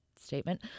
statement